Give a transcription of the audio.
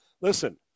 listen –